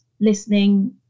listening